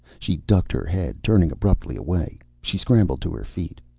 she ducked her head, turning abruptly away. she scrambled to her feet.